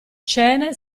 scene